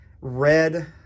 red